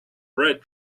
red